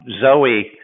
Zoe